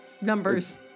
Numbers